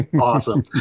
awesome